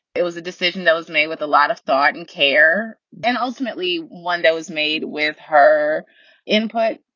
it was a decision that was made with a lot of thought and care and ultimately one that was made with her input.